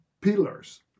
pillars